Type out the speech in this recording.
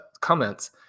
comments